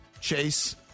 chase